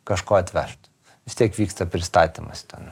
kažko atvežt vis tiek vyksta pristatymas ten